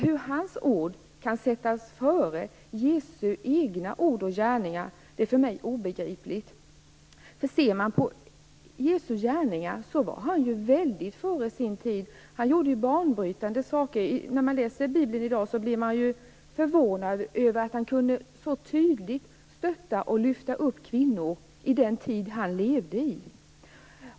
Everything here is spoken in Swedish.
Hur hans ord kan sättas före Jesu egna ord och gärningar är för mig obegripligt. Om man ser på Jesu gärningar finner man att han var mycket före sin tid. Han gjorde banbrytande saker. När man läser Bibeln i dag blir man förvånad över att han så tydligt kunde stötta och lyfta upp kvinnor i den tid han levde i.